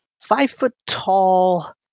five-foot-tall